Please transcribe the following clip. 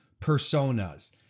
personas